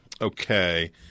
Okay